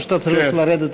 או שאתה צריך לרדת?